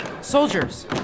Soldiers